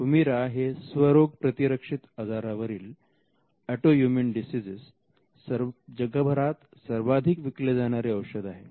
Humira हे स्वरोगप्रतिरक्षित आजारांवरील जगभरात सर्वाधिक विकले जाणारे औषध आहे